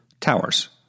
Towers